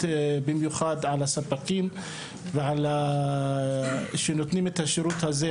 במיוחד על הספקים שנותנים את השירות הזה,